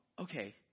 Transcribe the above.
okay